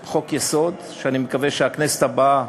חוק-יסוד, שאני מקווה שהכנסת הבאה